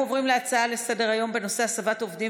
אנחנו עוברים להצעות לסדר-היום בנושא: הסבת עובדים